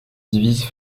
divisent